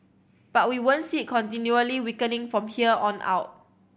but we won't see it continually weakening from here on out